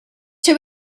two